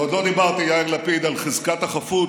ועוד לא דיברתי, יאיר לפיד, על חזקת החפות,